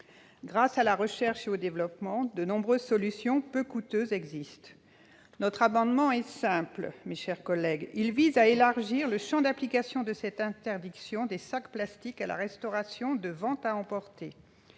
Grâce à la recherche et au développement, de nombreuses solutions peu coûteuses existent. Notre amendement est simple, mes chers collègues : il vise à élargir le champ d'application de cette interdiction des sacs plastiques à la restauration de vente à emporter.